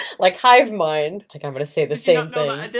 like hive-mind like i'm gonna say the same thing.